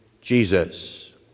Jesus